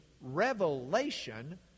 revelation